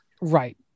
Right